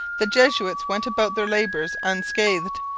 the jesuits went about their labours unscathed,